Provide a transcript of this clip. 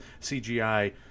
CGI